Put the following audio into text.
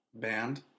Band